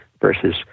versus